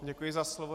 Děkuji za slovo.